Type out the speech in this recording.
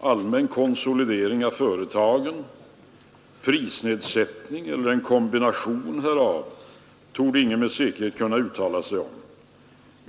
allmän konsolidering av företagen, prisnedsättning eller en kombination härav torde ingen med säkerhet kunna uttala sig om.